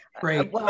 Great